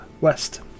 west